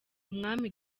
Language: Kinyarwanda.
umwami